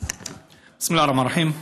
בסם אללה א-רחמאן א-רחים.